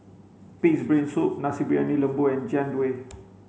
Pig's brain soup Nasi Briyani Lembu and Jian Dui